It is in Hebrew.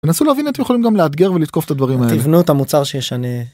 תנסו להבין אם אתם יכולים גם לאתגר ולתקוף את הדברים האלה. תבנו את המוצר שישנה...